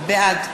בעד